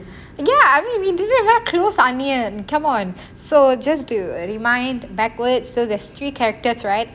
ya I mean we didn't even close anniyan come on so it just to remind backwards so there's three characters right